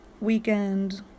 Weekend